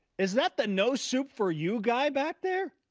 is that the no soup for you guy back there?